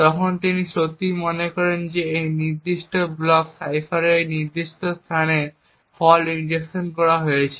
এখন যদি তিনি সত্যিই মনে করেন যে এই নির্দিষ্ট ব্লক সাইফারের এই নির্দিষ্ট স্থানে একটি ফল্ট ইনজেকশন করা হয়েছে